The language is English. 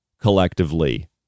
collectively